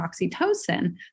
oxytocin